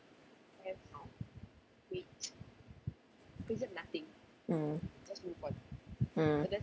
mm mm